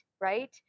right